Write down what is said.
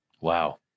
Wow